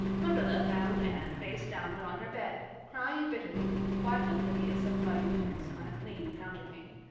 marilla found anne face downward on her bed, crying bitterly, quite oblivious of muddy boots on a clean counterpane.